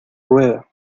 rueda